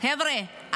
חבר'ה,